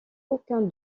aucun